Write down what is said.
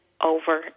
over